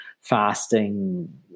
fasting